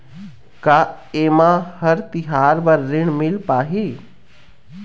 का ये म हर तिहार बर ऋण मिल पाही?